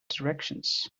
directions